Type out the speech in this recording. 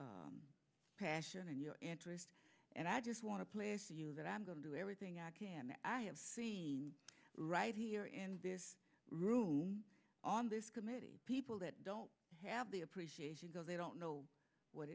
r passion and your interest and i just want to play for you that i'm going to do everything i can i have seen right here in this room on this committee people that don't have the appreciation go they don't know what